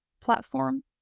platform